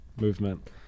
movement